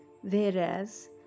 whereas